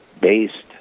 based